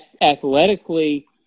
athletically